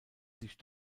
sich